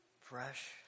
fresh